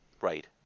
Right